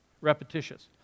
repetitious